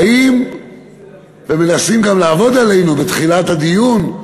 באים ומנסים גם לעבוד עלינו בתחילת הדיון: